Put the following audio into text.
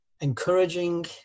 encouraging